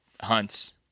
hunts